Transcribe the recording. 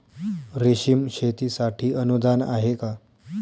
रेशीम शेतीसाठी अनुदान आहे का?